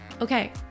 okay